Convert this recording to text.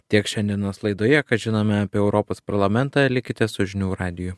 tiek šiandienos laidoje ką žinome apie europos parlamentą likite su žinių radiju